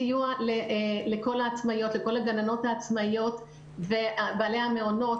סיוע לכל הגננות העצמאיות ובעלי המעונות